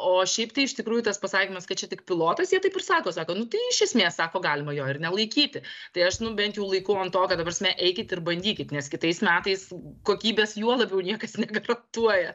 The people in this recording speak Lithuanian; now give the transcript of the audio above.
o šiaip tai iš tikrųjų tas pasakymas kad čia tik pilotas jie taip ir sako sako nu tai iš esmės sako galima jo ir nelaikyti tai aš bent laikau ant to kad ta prasme eikit ir bandykit nes kitais metais kokybės juo labiau niekas negarantuoja